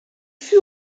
fut